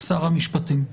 שר המשפטים.